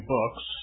Books